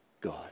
God